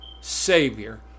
Savior